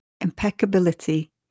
impeccability